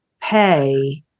pay